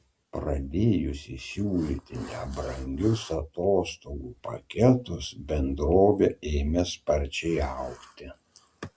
pradėjusi siūlyti nebrangius atostogų paketus bendrovė ėmė sparčiai augti